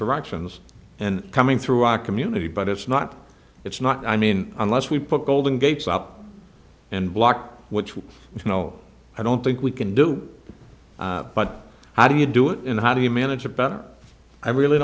directions and coming through a community but it's not it's not i mean unless we put golden gates up and block which will you know i don't think we can do it but how do you do it and how do you manage it better i really